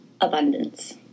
abundance